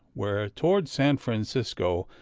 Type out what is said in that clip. where, toward san francisco,